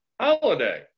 holiday